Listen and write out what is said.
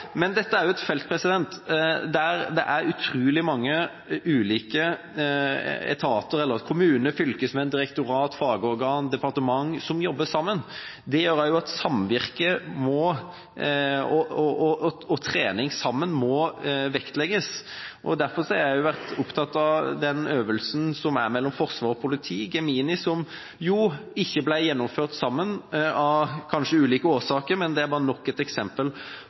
Men dette er et felt der det er utrolig mange – ulike etater, kommuner, fylkesmenn, direktorat, fagorgan, departement – som jobber sammen. Det gjør også at samvirke og trening sammen må vektlegges. Derfor har jeg vært opptatt av den øvelsen som er mellom forsvar og politi – Gemini – som ikke ble gjennomført sammen av kanskje ulike årsaker, men det var nok et eksempel